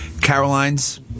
Caroline's